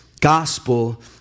gospel